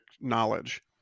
knowledge